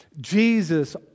Jesus